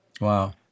Wow